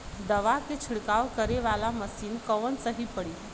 दवा के छिड़काव करे वाला मशीन कवन सही पड़ी?